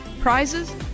prizes